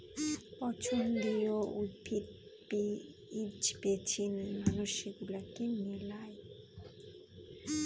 পছন্দীয় উদ্ভিদ, বীজ বেছে নিয়ে মানুষ সেগুলাকে মেলায়